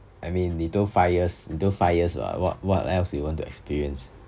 I mean 你都 five years 你都 five years ah what what else you want to experience